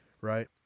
Right